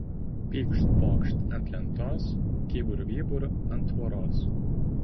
pykšt pokšt ant lentos kybur vybur ant tvoros